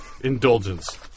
indulgence